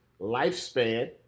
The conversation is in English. lifespan